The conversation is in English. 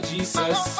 Jesus